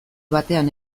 batean